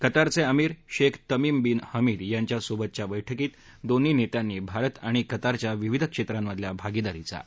कतारचे अमीर Sheikh Tamim bin Hamad यांच्या सोबतच्या बैठकीत दोन्ही नेत्यांनी भारत आणि कतारच्या विविध क्षेत्रां मधल्या भागिदारीचा आढावा घेतला